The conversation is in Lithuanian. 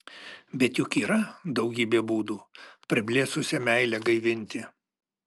bet juk yra daugybė būdų priblėsusią meilę gaivinti